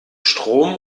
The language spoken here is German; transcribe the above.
strom